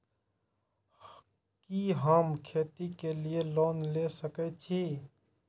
कि हम खेती के लिऐ लोन ले सके छी?